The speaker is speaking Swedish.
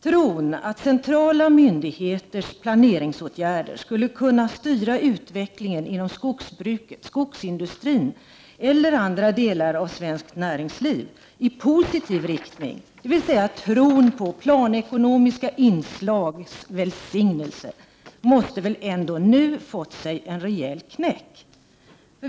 Tron att centrala myndigheters planeringsåtgärder skulle kunna styra utvecklingen inom skogsbruket, skogsindustrin eller andra delar av svenskt näringsliv i positiv riktning, dvs. tron på planekonomiska inslags välsignelse, måste väl ändå nu ha fått sig en rejäl knäck.